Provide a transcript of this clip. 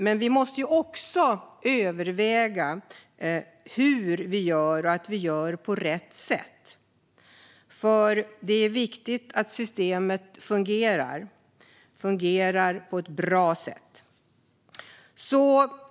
Men vi måste också överväga hur vi gör och att vi gör på rätt sätt, eftersom det är viktigt att systemet fungerar på ett bra sätt.